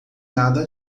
nada